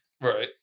Right